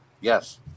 Yes